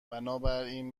بنابراین